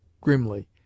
grimly